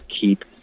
keep